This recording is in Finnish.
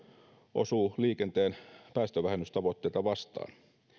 osuu liikenteen päästövähennystavoitteita vastaan